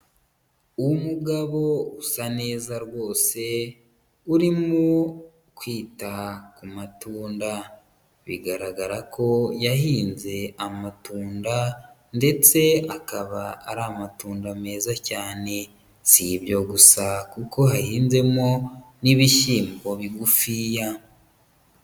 Umugabo usa neza rwose urimo kwita ku matunda, bigaragara ko yahinze amatunda ndetse akaba ari amatunda meza cyane si ibyo gusa kuko hahinzemo n'ibishyimbo bigufiya.